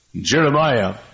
Jeremiah